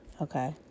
Okay